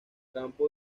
campo